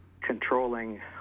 controlling